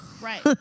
right